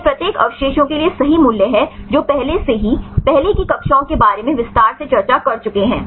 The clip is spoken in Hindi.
ये प्रत्येक अवशेषों के लिए सही मूल्य हैं जो पहले से ही पहले की कक्षाओं के बारे में विस्तार से चर्चा कर चुके हैं